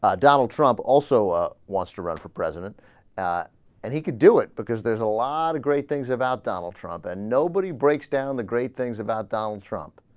ah donald trump also ah. wants to run for president and he could do it because there's a lot of great things about donald trump and nobody breaks down the great things about donald trump